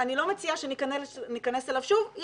אני לא מציעה שניכנס אליו שוב,